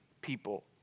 people